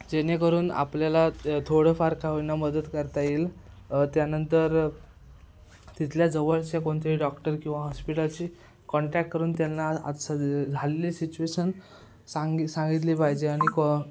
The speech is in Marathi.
जेणेकरून आपल्याला थोडंफार का होईना मदत करता येईल त्यानंतर तिथल्या जवळचे कोणतेही डॉक्टर किंवा हॉस्पिटलशी कॉन्टॅक्ट करून त्यांना आज सज झालेली सिच्युएशन सांगित सांगितली पाहिजे आणि को